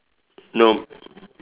no